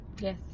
Yes